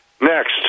Next